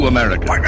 America